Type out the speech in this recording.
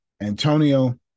Antonio